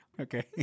Okay